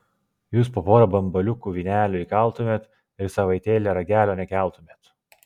jūs po porą bambaliukų vynelio įkaltumėt ir savaitėlę ragelio nekeltumėt